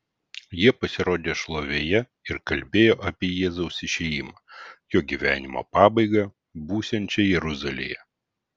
jie pasirodė šlovėje ir kalbėjo apie jėzaus išėjimą jo gyvenimo pabaigą būsiančią jeruzalėje